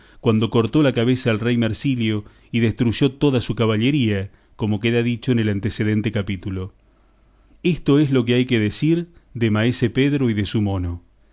cuando cortó la cabeza al rey marsilio y destruyó toda su caballería como queda dicho en el antecedente capítulo esto es lo que hay que decir de maese pedro y de su mono